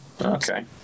Okay